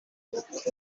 bityo